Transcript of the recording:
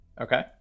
Okay